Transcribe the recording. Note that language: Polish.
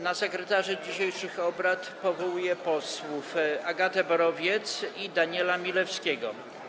Na sekretarzy dzisiejszych obrad powołuję posłów Agatę Borowiec i Daniela Milewskiego.